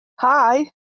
Hi